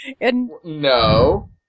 No